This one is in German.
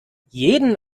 jeden